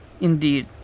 Indeed